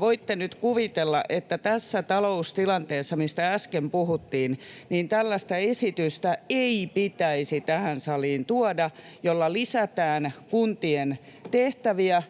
Voitte nyt kuvitella, että tässä taloustilanteessa, mistä äsken puhuttiin, tällaista esitystä ei pitäisi tähän saliin tuoda, jolla lisätään kuntien tehtäviä